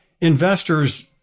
investors